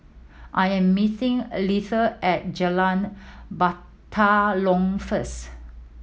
I am meeting a Leatha at Jalan Batalong first